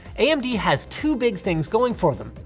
amd has two big things going for them.